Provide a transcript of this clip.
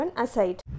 aside